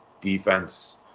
defense